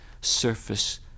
surface